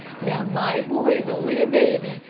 now, my boy's only a baby,